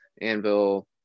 Anvil